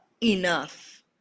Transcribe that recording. enough